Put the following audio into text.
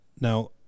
now